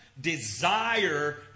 desire